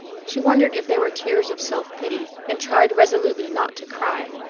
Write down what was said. she wondered if they were tears of self-pity, and tried resolutely not to cry,